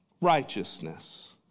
righteousness